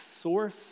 source